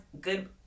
good